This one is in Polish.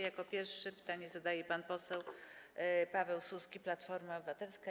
Jako pierwszy pytanie zadaje pan poseł Paweł Suski, Platforma Obywatelska.